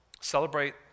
celebrate